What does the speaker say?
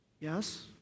Yes